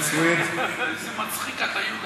איזה מצחיק אתה, יהודה.